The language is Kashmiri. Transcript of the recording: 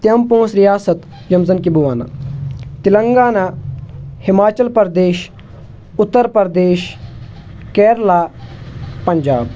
تِم پانٛژھ ریاست یِم زن کہِ بہٕ وَنہٕ تلنگانہ ہِماچل پردیش اُتر پردیش کیرلا پنجاب